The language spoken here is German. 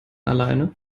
alleine